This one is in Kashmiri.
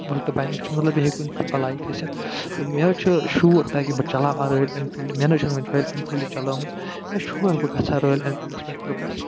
وُلٹہٕ بایِک چھِ مطلب یہِ ہیٚکہِ کُنہِ تہِ بلایہِ کھٔسِتھ تہٕ مےٚ حظ چھُ شوق تاکہِ بہٕ چلاوہا رایل اٮ۪نفیٖلڈٕ مےٚ نَہ حظ چھُنہٕ وۄنۍ رایل اٮ۪نفیلڈٕ چلٲمٕژ مےٚ چھُ شوق بہٕ گژھٕ ہا رایل اٮ۪نفیٖلڈس پٮ۪ٹھ ٹِرٛپَس